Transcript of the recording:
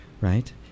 Right